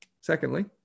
Secondly